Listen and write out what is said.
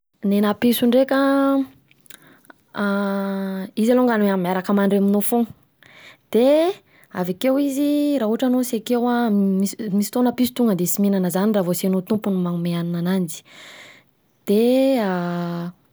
Nena piso ndraika an, izy alongany miaraka mandry aminao fogna, de avy akeo izy raha ohatra anao sy akeo an misy misy fotoana piso fotoana piso tonga sy mihinana zany raha voa tsy anao tompony manome hanina ananjy, de izany mi ngambany.